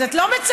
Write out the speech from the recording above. אז את לא מצפה?